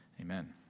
Amen